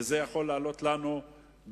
וזה יכול לעלות לנו בהרבה,